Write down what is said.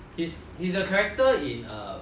he's he's a character in err